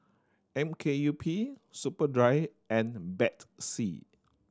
M K U P Superdry and Betsy